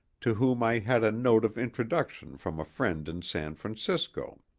to whom i had a note of introduction from a friend in san francisco.